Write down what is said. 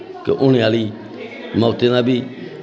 कि होने आह्ली मौतें दा बी